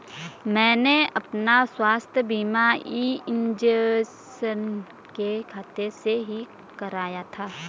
मैंने अपना स्वास्थ्य बीमा ई इन्श्योरेन्स के खाते से ही कराया था